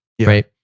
right